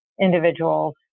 individuals